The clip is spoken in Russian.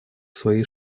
своей